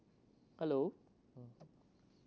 hello